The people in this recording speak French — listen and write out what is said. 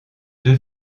deux